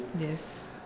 Yes